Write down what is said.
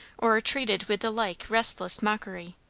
or treated with the like restless mockery.